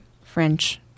French